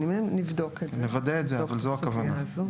נוודא את זה, אבל זוהי הכוונה.